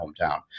hometown